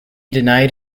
denied